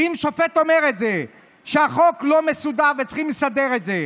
ואם שופט אומר שחוק לא מסודר וצריכים לסדר את זה,